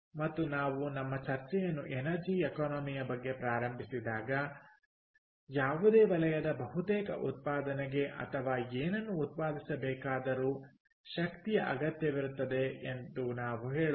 ಮತ್ತು ನಾವು ನಮ್ಮ ಚರ್ಚೆಯನ್ನು ಎನರ್ಜಿ ಎಕಾನಮಿಯ ಬಗ್ಗೆ ಪ್ರಾರಂಭಿಸಿದಾಗ ಯಾವುದೇ ವಲಯದ ಬಹುತೇಕ ಉತ್ಪಾದನೆಗೆ ಅಥವಾ ಏನನ್ನು ಉತ್ಪಾದಿಸಬೇಕಾದರೂ ಶಕ್ತಿಯ ಅಗತ್ಯವಿರುತ್ತದೆ ಎಂದು ನಾವು ಹೇಳುತ್ತೇವೆ